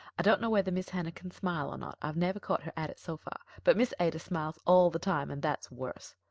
i don't know whether miss hannah can smile or not i've never caught her at it so far, but miss ada smiles all the time and that's worse.